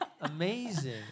Amazing